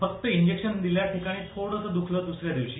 फक्त इंजेक्शन दिल्याठिकाणी थोडंसं दखलं दसऱ्या दिवशी